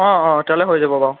অঁ অঁ তেতিয়াহ'লে হৈ যাব বাৰু